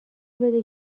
بده